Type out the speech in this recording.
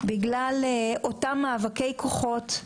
בגלל אותם מאבקי כוחות,